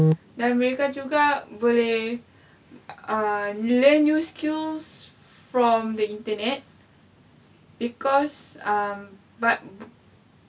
dan mereka juga boleh err learn new skills from the internet because um but